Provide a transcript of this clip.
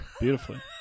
beautifully